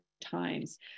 times